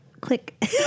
Click